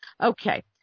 Okay